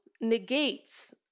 negates